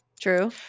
True